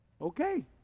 Okay